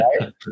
right